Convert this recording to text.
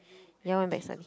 ya went back study